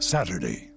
Saturday